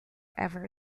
ever